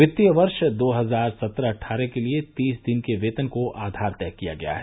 वित्तीय वर्ष दो हजार सत्रह अट्ठारह के लिए तीस दिन के वेतन के आधार पर तय किया गया है